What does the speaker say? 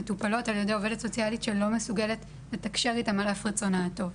מטופלות על ידי עובדת סוציאלית שלא מסוגלת לתקשר איתן על אף רצונה הטוב,